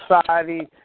society